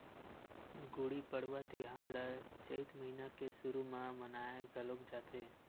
गुड़ी पड़वा तिहार ल चइत महिना के सुरू म मनाए घलोक जाथे